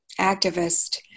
activist